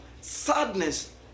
sadness